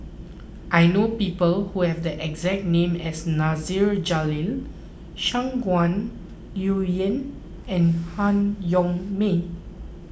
I know people who have the exact name as Nasir Jalil Shangguan Liuyun and Han Yong May